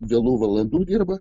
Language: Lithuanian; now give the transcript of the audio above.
vėlų valandų dirba